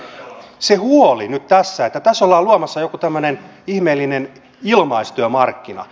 siitä huolesta että tässä ollaan luomassa joku ihmeellinen ilmaistyömarkkina